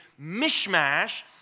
mishmash